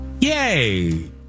Yay